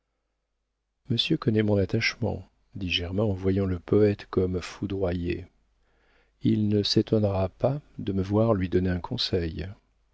monsieur connaît mon attachement dit germain en voyant le poëte comme foudroyé il ne s'étonnera pas de me voir lui donner un conseil